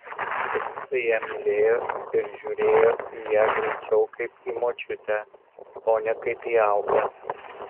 princai ją mylėjo ir žiūrėjo į ją greičiau kaip į močiutę o ne kaip į auklę